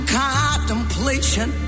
contemplation